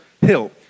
hill